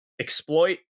exploit